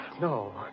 No